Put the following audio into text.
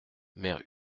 mère